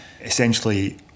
essentially